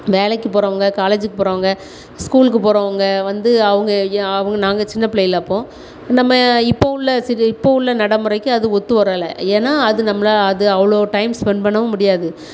வேலைக்கு போகிறவங்க காலேஜிக்கு போகிறவங்க ஸ்கூலுக்கு போகிறவங்க வந்து அவங்க யா அவங்க நாங்கள் சின்ன பிள்ளையில அப்போது நம்ம இப்போது உள்ள சிரு இப்போ உள்ள நடைமுறைக்கு அது ஒத்துவரல ஏன்னால் அது நம்மளை அது அவ்வளோ டைம் ஸ்பெண்ட் பண்ணவும் முடியாது